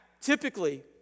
typically